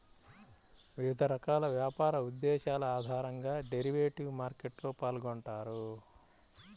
వివిధ రకాల వ్యాపార ఉద్దేశాల ఆధారంగా డెరివేటివ్ మార్కెట్లో పాల్గొంటారు